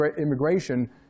immigration